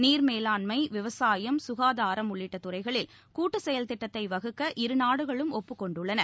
நீர் மேலாண்மை விவசாயம் சுகாதாரம் உள்ளிட்ட துறைகளில் கூட்டு செயல்திட்டத்தை வகுக்க இருநாடுகளும் ஒப்புக்கொண்டுள்ளன